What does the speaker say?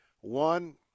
One